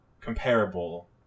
comparable